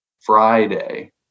Friday